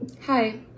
Hi